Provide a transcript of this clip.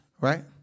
Right